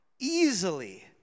easily